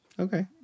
Okay